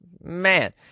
Man